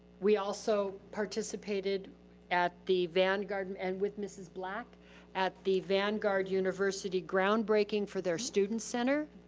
we also participated at the vanguard um and with mrs. black at the vanguard university groundbreaking for their student center.